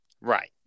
Right